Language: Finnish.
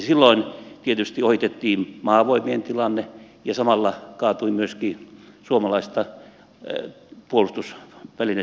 silloin tietysti ohitettiin maavoimien tilanne ja samalla kaatui myöskin suomalaista puolustusvälineteollisuutta